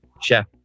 chef